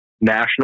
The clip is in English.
National